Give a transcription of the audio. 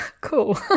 cool